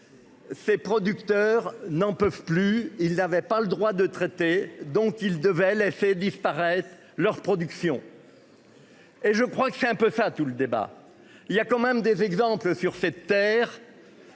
Ces producteurs n'en peuvent plus, ils n'avaient pas le droit de traiter donc il devait fait disparaître leur production. Et je crois que c'est un peu ça, tout le débat, il y a quand même des exemples sur cette terre.